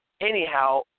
anyhow